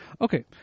Okay